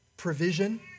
provision